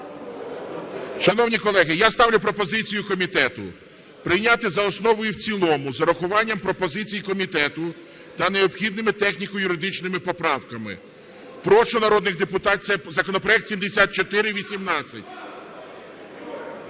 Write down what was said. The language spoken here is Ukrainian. Шановні колеги, я ставлю пропозицію комітету прийняти за основу і в цілому з урахуванням пропозицій комітету та необхідними техніко-юридичними поправками. Це законопроект 7418.